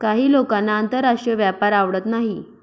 काही लोकांना आंतरराष्ट्रीय व्यापार आवडत नाही